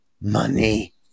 money